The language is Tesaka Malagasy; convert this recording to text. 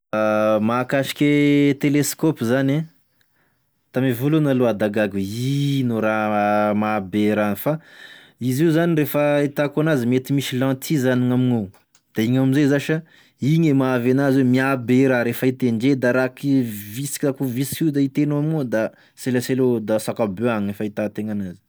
Mahakasike teleskôpy zany ah, tame voalohany aloha ah da gaga oe ino ra- raha mahabe raha fa izy io zany e fahitako anazy mety misy lentille zany gnamign'ao, da igny amizay zasy sa igny e mahavy anazy oe mihabe e raha refa hitendre da raha ki- visika akô visiky io da hitenao amign'ao da selasela avao da zakabe agny e fahitategna anazy.